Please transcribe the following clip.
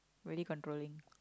really controlling